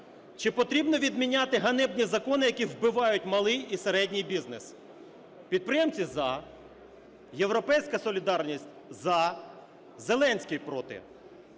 Чи потрібно відміняти ганебні закони, які вбивають малий і середній бізнес? Підприємці – за, "Європейська солідарність" – за, Зеленський – проти.